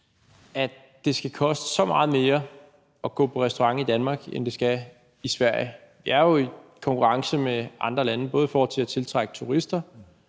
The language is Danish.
at det skal koste så meget mere at gå på restaurant i Danmark, end det skal i Sverige? De er jo i en konkurrence med andre lande, og det er både i forhold til at tiltrække turister